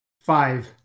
Five